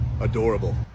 adorable